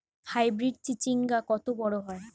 Hybrid চিচিংঙ্গা কত বড় হয়?